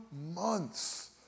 months